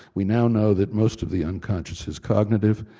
we now know that most of the unconscious is cognitive,